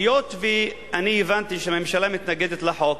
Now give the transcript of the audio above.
היות שאני הבנתי שהממשלה מתנגדת לחוק,